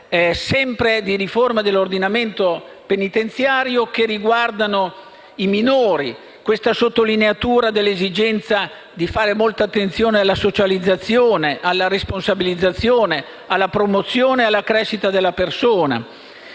misure di riforma dell'ordinamento penitenziario riguardanti i minori. Mi riferisco alla sottolineatura dell'esigenza di fare molta attenzione alla socializzazione, alla responsabilizzazione, alla promozione e alla crescita della persona.